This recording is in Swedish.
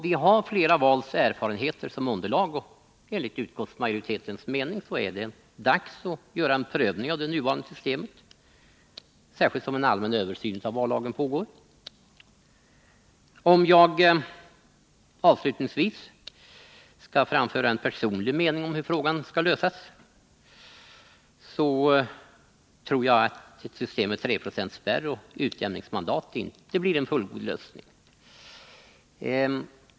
Vi har nu flera vals erfarenheter som underlag, och enligt utskottsmajoritetens mening är det dags att göra en prövning av det nuvarande systemet, särskilt som en allmän översyn av vallagen pågår. Om jag avslutningsvis skall framföra en personlig mening om hur frågan skall lösas, så tror jag att ett system med treprocentsspärr och utjämningsmandat inte blir en fullgod lösning.